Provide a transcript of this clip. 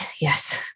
Yes